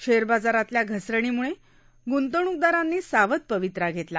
share बाजारातल्या घसरणीमुळे ग्ंतवणूकदारांनी सावध पवित्रा घेतला